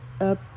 up